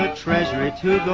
ah treasury to go